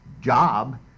job